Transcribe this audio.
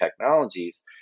technologies